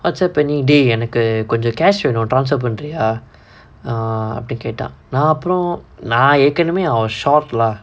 WhatsApp பண்ணிடே எனக்கு கொஞ்சம்:pannidae enakku konjam cash வேணும்:venum transfer பண்றியா அப்படி கேட்டான் நா அப்புறம் நா ஏற்கனவே:pandriyaa appadi kaettaan naa appuram naa erkkanavae I was shock lah